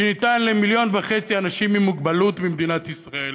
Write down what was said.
שניתן ל-1.5 מיליון אנשים עם מוגבלות במדינת ישראל,